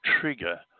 trigger